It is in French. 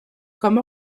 comme